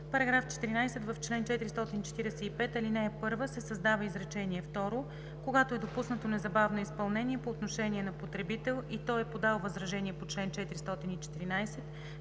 § 14: „§ 14. В чл. 445, ал. 1 се създава изречение второ: „Когато е допуснато незабавно изпълнение по отношение на потребител и той е подал възражение по чл. 414,